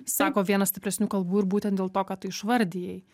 sako vienas stipresnių kalbų ir būtent dėl to ką tu išvardijai